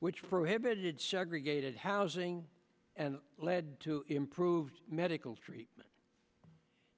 which prohibited segregated housing and lead to improved medical treatment